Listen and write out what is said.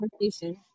conversation